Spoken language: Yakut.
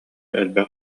элбэх